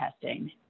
testing